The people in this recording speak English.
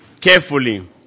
carefully